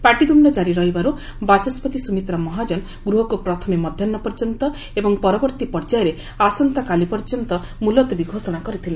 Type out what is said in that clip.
ପାଟିତୁଣ୍ଡ କାରି ରହିବାରୁ ବାଚସ୍ୱତି ସ୍କୁମିତ୍ର ମହାଜନ ଗୃହକୁ ପ୍ରଥମେ ମଧ୍ୟାହ୍ନ ପର୍ଯ୍ୟନ୍ତ ଏବଂ ପରବର୍ତ୍ତୀ ପଯ୍ୟାୟରେ ଆସନ୍ତାକାଲି ପର୍ଯ୍ୟନ୍ତ ମୁଲତବୀ ଘୋଷଣା କରିଥିଲେ